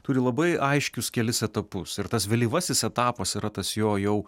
turi labai aiškius kelis etapus ir tas vėlyvasis etapas yra tas jo jau